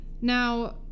Now